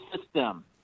system